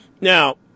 Now